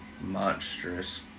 monstrous